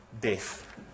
death